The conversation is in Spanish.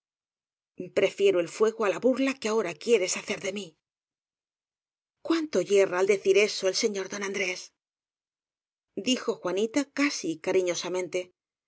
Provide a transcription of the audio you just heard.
prefiero el fuego á la burla que ahora quieres hacer de mí cuánto yerra al decir eso el señor don an d rés d ijo juanita casi cariñosamente